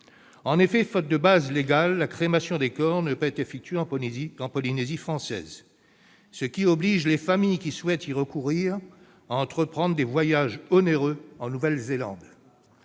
traités. Faute de base légale, la crémation des corps ne peut être effectuée en Polynésie française, ce qui oblige les familles qui souhaitent y recourir à entreprendre des voyages onéreux en Nouvelle-Zélande.